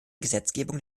gesetzgebung